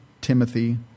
Timothy